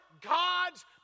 gods